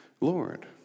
Lord